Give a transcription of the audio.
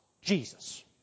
Jesus